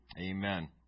Amen